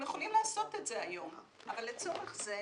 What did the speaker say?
הם יכולים לעשות את זה היום אבל לצורך זה,